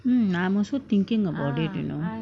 mm I'm also thinking about it you know